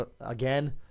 again